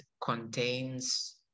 contains